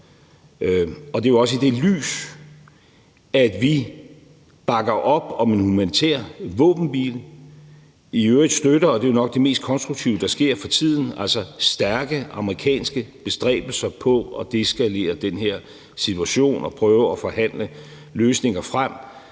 og det er jo også i det lys, at vi bakker op om en humanitær våbenhvile. I øvrigt støtter vi, og det er jo nok det mest konstruktive, der sker for tiden, stærke amerikanske bestræbelser på at deeskalere den her situation og prøve at forhandle løsninger frem,